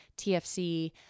TFC